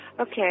Okay